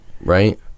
right